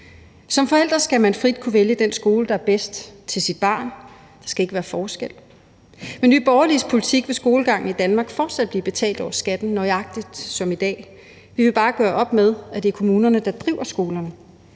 Som forældre skal man frit kunne vælge den skole, der er bedst til ens barn, der skal ikke være forskel. Med Nye Borgerliges politik vil skolegangen i Danmark fortsat blive betalt over skatten, nøjagtig som i dag, vi vil bare gøre op med, at det er kommunerne, der driver skolerne.